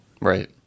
right